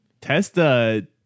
Testa